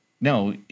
no